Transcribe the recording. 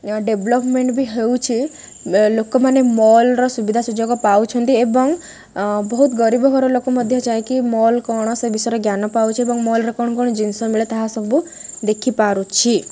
development ବି ହେଉଛି ଲୋକମାନେ ମଲ୍ର ସୁବିଧା ସୁଯୋଗ ପାଉଛନ୍ତି ଏବଂ ବହୁତ ଗରିବ ଘର ଲୋକ ମଧ୍ୟ ଯାଇକି ମଲ୍ କ'ଣ ସେ ବିଷୟରେ ଜ୍ଞାନ ପାଉଛି ଏବଂ ମଲ୍ରେ କ'ଣ କ'ଣ ଜିନିଷ ମିଳେ ତାହା ସବୁ ଦେଖିପାରୁଛି